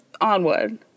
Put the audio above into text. onward